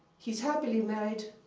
he's happily married,